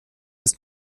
ist